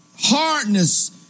Hardness